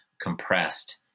compressed